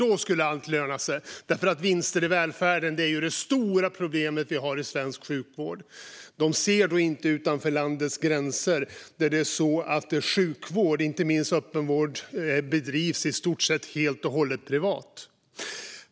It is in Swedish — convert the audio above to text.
Vinster i välfärden är tydligen det stora problemet vi har i svensk sjukvård. Dessa personer ser inte utanför landets gränser, där sjukvård - inte minst öppenvård - bedrivs i stort sett helt och hållet privat.